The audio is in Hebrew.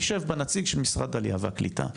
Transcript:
יישב בה נציג של משרד העלייה והקליטה,